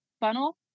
funnel